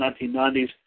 1990s